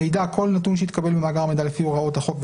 - מאגר המידע שהוקם לפי סעיף 28 לחוק,